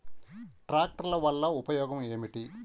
ట్రాక్టర్ల వల్ల ఉపయోగం ఏమిటీ?